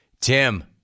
Tim